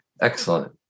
excellent